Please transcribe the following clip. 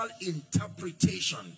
interpretation